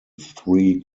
three